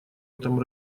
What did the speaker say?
этом